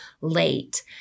late